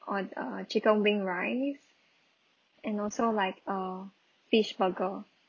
or th~ uh chicken wing rice and also like uh fish burger